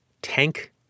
tank